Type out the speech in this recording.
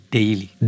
Daily